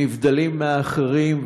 נבדלים מהאחרים,